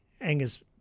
Angus